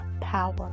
power